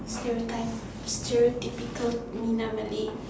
stereotype stereotypical minah Malay